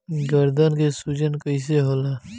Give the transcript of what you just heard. गर्दन के सूजन कईसे होला?